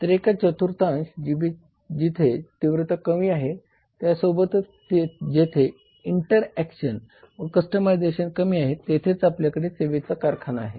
तर एका चतुर्थांशात जिथे तीव्रता कमी आहे त्यासोबतच जेथे इंटरऍक्शन व कस्टमायझेशन कमी आहे तेथेच आपल्याकडे सेवेचा कारखाना आहे